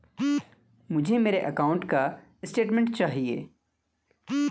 मुझे मेरे अकाउंट का स्टेटमेंट चाहिए?